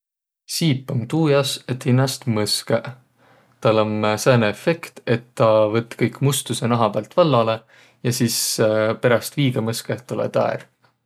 Siip om tuu jaos, et hinnäst mõskõq. Täl om sääne efekt, et tä võtt kõik mustusõ naha päält vallalõ ja sis peräst viiga mõskõq tulõ taa ärq.